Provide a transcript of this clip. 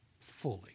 fully